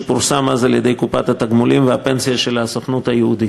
שפורסם אז על-ידי קופת התגמולים והפנסיה של הסוכנות היהודית.